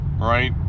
right